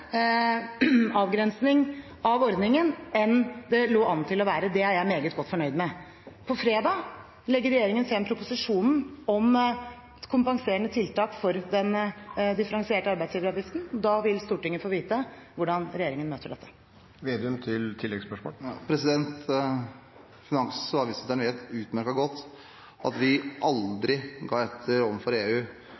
avgrensning av ordningen enn det lå an til å være. Det er jeg meget godt fornøyd med. På fredag legger regjeringen frem proposisjonen om kompenserende tiltak for den differensierte arbeidsgiveravgiften. Da vil Stortinget få vite hvordan regjeringen møter det. Finans- og avgiftsministeren vet utmerket godt at vi